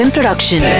Production